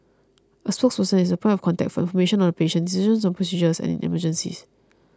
a spokesperson is the point of contact for information on the patient decisions on procedures and in emergencies